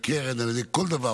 על ידי קרן, על ידי כל דבר.